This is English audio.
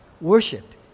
Worship